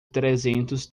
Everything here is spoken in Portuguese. trezentos